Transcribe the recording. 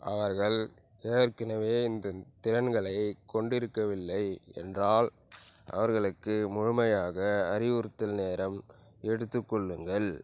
அவர்கள் ஏற்கனவே இந்த திறன்களைக் கொண்டிருக்கவில்லை என்றால் அவர்களுக்கு முழுமையாக அறிவுறுத்த நேரம் எடுத்துக் கொள்ளுங்கள்